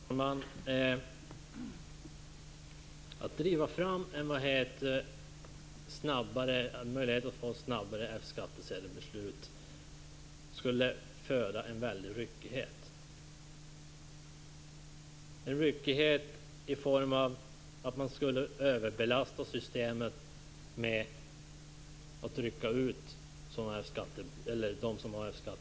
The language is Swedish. Fru talman! Att driva fram en möjlighet att få snabbare F-skattsedelsbeslut skulle föda en väldig ryckighet. Systemet skulle överbelastas av att man måste rycka ut personer med F-skattsedel när det inte fungerar.